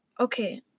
Okay